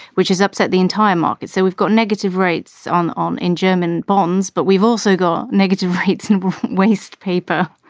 which has upset the entire market. so we've got negative rates on on in german bonds, but we've also got negative rates in wastepaper.